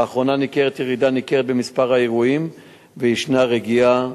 לאחרונה ניכרה ירידה ניכרת במספר האירועים וישנה רגיעה,